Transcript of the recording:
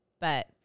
but-